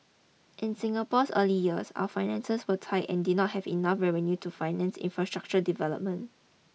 in Singapore's early years our finances were tight and did not have enough revenue to finance infrastructure development